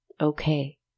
okay